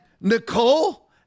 Nicole